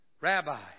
Rabbi